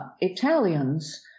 Italians